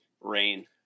rain